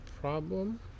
problem